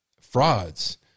frauds